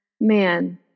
Man